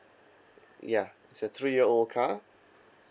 ya it's a three year old car